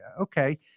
okay